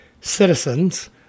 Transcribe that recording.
citizens